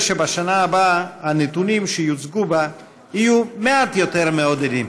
שבשנה הבאה הנתונים שיוצגו יהיו מעט יותר מעודדים.